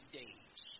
days